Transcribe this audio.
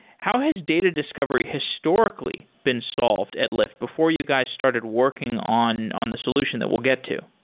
how has data discovery historically been solved at lyft before you guys started working on on the solution that we'll get to?